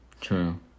true